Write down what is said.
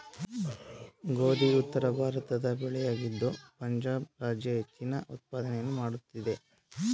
ಗೋಧಿ ಉತ್ತರಭಾರತದ ಬೆಳೆಯಾಗಿದ್ದು ಪಂಜಾಬ್ ರಾಜ್ಯ ಹೆಚ್ಚಿನ ಉತ್ಪಾದನೆಯನ್ನು ಮಾಡುತ್ತಿದೆ